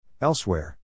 Elsewhere